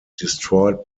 destroyed